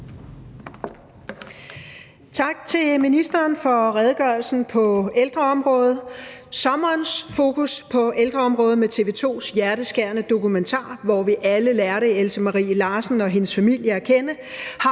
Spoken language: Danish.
Tak til ministeren for redegørelsen på ældreområdet. Sommerens fokus på ældreområdet med TV 2's hjerteskærende dokumentar, hvor vi alle lærte Else Marie Larsen og hendes familie at kende, har